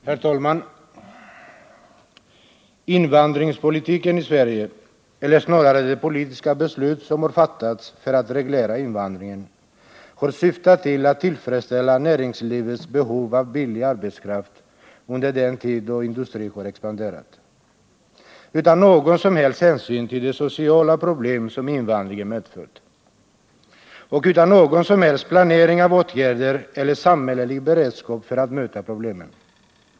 Herr talman! Invandringspolitiken i Sverige — eller snarare de politiska beslut som har fattats för att reglera invandringen — har syftat till att tillfredsställa näringslivets behov av billig arbetskraft under den tid då industrin har expanderat, utan någon som helst hänsyn till de sociala problem som invandringen medfört, och utan någon som helst planering av åtgärder eller samhällelig beredskap för att möta problemen.